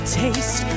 taste